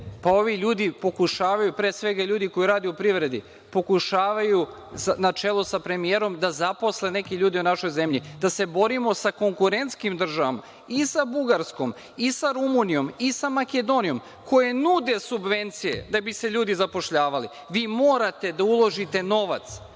pa ovi ljudi pokušavaju, pre svega ljudi koji rade u privredi pokušavaju, na čelu sa premijerom, da zaposle neke ljude i u našoj zemlji, da se borimo sa konkurentskim državama i sa Bugarskom, i sa Rumunijom i sa Makedonijom, koje nude subvencije da bi se ljudi zapošljavali. Vi morate da uložite novac